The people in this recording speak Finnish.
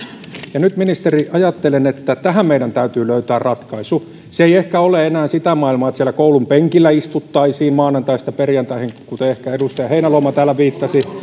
ja nyt ministeri ajattelen että tähän meidän täytyy löytää ratkaisu se ei ehkä ole enää sitä maailmaa että siellä koulunpenkillä istuttaisiin maanantaista perjantaihin mihin ehkä edustaja heinäluoma täällä viittasi